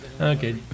Okay